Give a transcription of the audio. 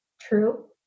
true